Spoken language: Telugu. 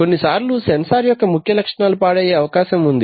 కొన్నిసార్లు సెన్సార్ యొక్క ముఖ్య లక్షణాలు పాడయ్యే అవకాశం ఉంది